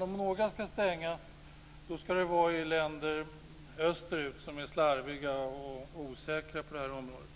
Om några ska stänga ska det vara i länder österut där man är slarviga och osäkra på området.